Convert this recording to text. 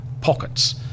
pockets